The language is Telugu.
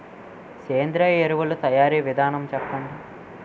సేంద్రీయ ఎరువుల తయారీ విధానం చెప్పండి?